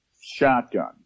shotgun